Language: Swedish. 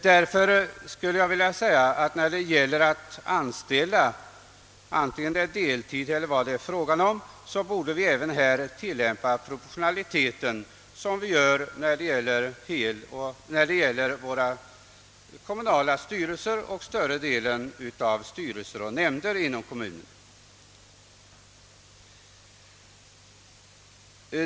Därför skulle jag vilja säga att vi även när det gäller att anställa en person antingen på deltid eller vad det är fråga om, bör tilllämpa proportionaliteten liksom i den kommunala styrelsen och större delen av styrelser och nämnder inom kommunen.